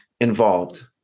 involved